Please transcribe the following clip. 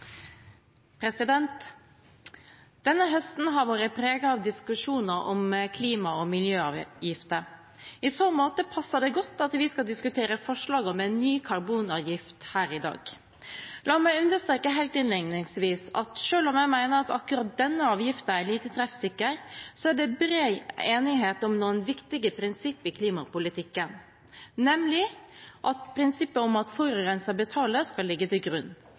Denne høsten har vært preget av diskusjoner om klima- og miljøavgifter – i så måte passer det godt at vi skal diskutere forslaget om en ny karbonavgift her i dag. La meg understreke helt innledningsvis at selv om jeg mener at akkurat denne avgiften er lite treffsikker, er det bred enighet om noen viktige prinsipper i klimapolitikken, nemlig at prinsippet om at forurenser betaler, skal ligge til grunn